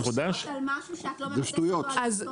את מדברת על משהו שאת לא מבססת אותו --- לא,